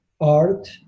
art